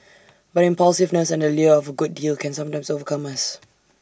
but impulsiveness and the lure of A good deal can sometimes overcome us